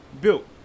built